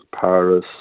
Paris